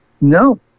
No